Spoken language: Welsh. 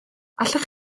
allwch